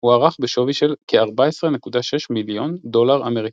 הוערך בשווי של כ-14.6 מיליון דולר אמריקאי.